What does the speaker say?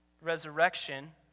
resurrection